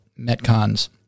Metcons